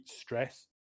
stress